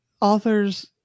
authors